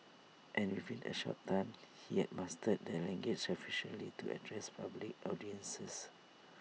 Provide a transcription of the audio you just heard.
and within A short time he had mastered the language sufficiently to address public audiences